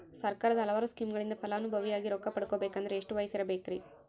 ಸರ್ಕಾರದ ಹಲವಾರು ಸ್ಕೇಮುಗಳಿಂದ ಫಲಾನುಭವಿಯಾಗಿ ರೊಕ್ಕ ಪಡಕೊಬೇಕಂದರೆ ಎಷ್ಟು ವಯಸ್ಸಿರಬೇಕ್ರಿ?